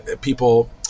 people